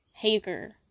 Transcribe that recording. Hager